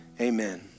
amen